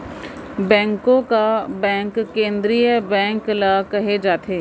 बेंको का बेंक केंद्रीय बेंक ल केहे जाथे